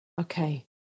Okay